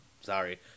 Sorry